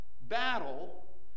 battle